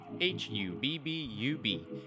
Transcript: h-u-b-b-u-b